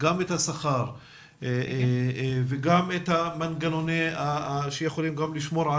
וגם את השכר וגם את המנגנונים שיכולים לשמור על